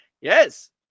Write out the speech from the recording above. Yes